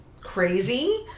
Crazy